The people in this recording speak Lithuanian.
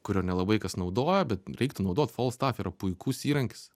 kurio nelabai kas naudoja bet reiktų naudot folstaf yra puikus įrankis